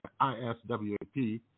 ISWAP